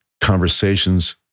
conversations